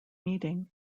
meeting